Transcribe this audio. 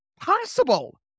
possible